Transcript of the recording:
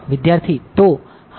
વિદ્યાર્થી તો હા હા